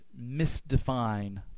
misdefine